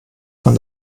von